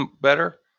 better